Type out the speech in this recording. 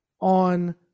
on